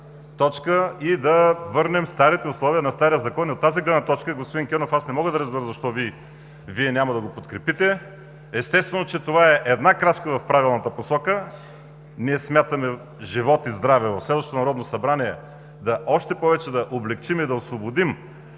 и да върнем старите условия на стария Закон. От тази гледна точка, господин Кенов, не мога да разбера защо Вие няма да го подкрепите. Естествено, това е крачка в правилната посока. Ние смятаме, живот и здраве, в следващото Народно събрание още повече да облекчим и да освободим